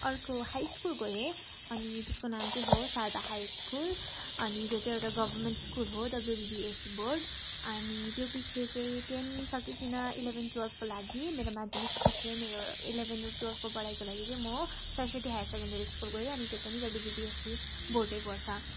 अर्को high school गए अनि त्यसको नाम चाहिँ हो सारदा हाई स्कुल अनि त्यो चाहिँ एउटा गभर्मेन्ट स्कुल हो डब्ल्युबिबिएसई बोर्ड अनि त्यो पिच्छे चाहिँ टेन सकिकन एलेभेन टवेल्भको लागि मेरो माध्यमिक पिच्छे मेरो इलेभेन र टुवेल्भको पढाइको लागि चाहिँ म सरसवती हायर सेकेन्डरी स्कुल गएँ अनि त्यो पनि डब्ल्युबिबिएसई बोर्ड नै पर्छ अनि त्यो